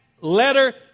letter